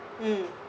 mm